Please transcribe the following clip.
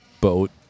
boat